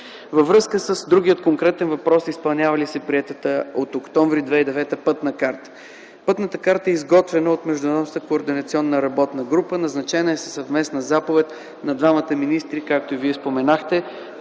Във връзка с другия конкретен въпрос – изпълнява ли се приетата от октомври 2009 г. Пътна карта. Пътната карта е изготвена от Международна координационна работна група, назначена със съвместна заповед на двамата министри, както Вие споменахте.